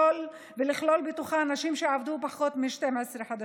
ולכלול בתוכה נשים שעבדו פחות מ-12 חודשים.